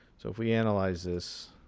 so if we analyze this,